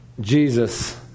Jesus